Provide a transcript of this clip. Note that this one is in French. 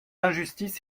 injustice